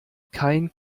kein